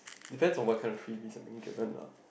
depends on what kinds of freebies are being given lah